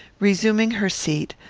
resuming her seat,